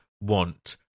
want